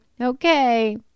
okay